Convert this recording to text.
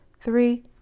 three